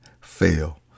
fail